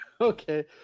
Okay